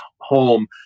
home